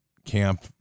camp